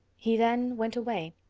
he then went away,